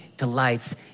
delights